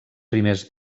primers